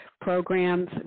programs